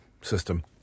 system